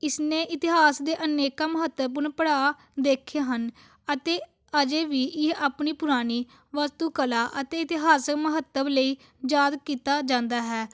ਇਸਨੇ ਇਤਿਹਾਸ ਦੇ ਅਨੇਕਾਂ ਮਹੱਤਵਪੂਰਨ ਪੜਾਅ ਦੇਖੇ ਹਨ ਅਤੇ ਅਜੇ ਵੀ ਇਹ ਆਪਣੀ ਪੁਰਾਣੀ ਵਸਤੂ ਕਲਾ ਅਤੇ ਇਤਿਹਾਸਿਕ ਮਹੱਤਵ ਲਈ ਯਾਦ ਕੀਤਾ ਜਾਂਦਾ ਹੈ